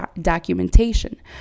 documentation